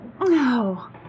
No